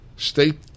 State